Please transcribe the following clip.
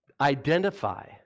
identify